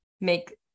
make